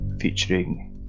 featuring